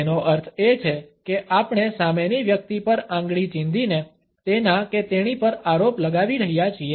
તેનો અર્થ એ છે કે આપણે સામેની વ્યક્તિ પર આંગળી ચીંધીને તેના કે તેણી પર આરોપ લગાવી રહ્યા છીએ